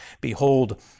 Behold